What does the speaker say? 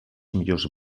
millors